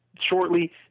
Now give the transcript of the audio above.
shortly